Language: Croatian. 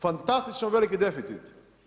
Fantastično veliki deficit.